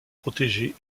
protégées